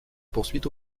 poursuit